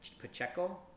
Pacheco